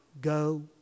Go